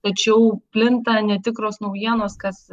tačiau plinta netikros naujienos kas